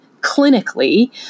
clinically